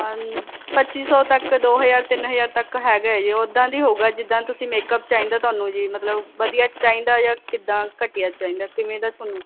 ਪੱਚੀ ਸੌ ਤੱਕ ਦੋ ਹਜ਼ਾਰ ਤਿੰਨ ਹਜ਼ਾਰ ਤੱਕ ਹੈਗਾ ਜੀ ਉੱਦਾਂ ਦੀ ਹੋਊਗਾ ਜਿੱਦਾਂ ਤੁਸੀਂ ਮੇਕਅਪ ਚਾਹੀਦਾ ਤੁਹਾਨੂੰ ਜੀ ਮਤਲਬ ਵਧੀਆ ਚਾਹੀਦਾ ਜਾਂ ਕਿੱਦਾਂ ਘਟੀਆ ਚਾਹੀਦਾ ਕਿਵੇਂ ਦਾ ਤੁਹਾਨੂੰ